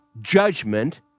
judgment